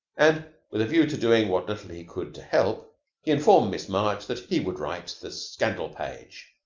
and with a view to doing what little he could to help, he informed miss march that he would write the scandal page.